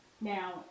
Now